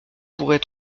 pourrait